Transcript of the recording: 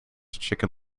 chicken